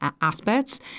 aspects